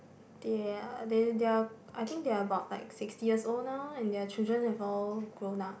they are they they are I think they are about like sixty years old now and their children have all grown up